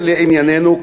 לענייננו,